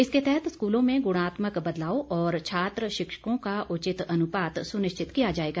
इसके तहत स्कूलों में गुणात्मक बदलाव और छात्र शिक्षकों का उचित अनुपात सुनिश्चित किया जाएगा